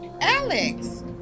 Alex